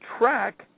track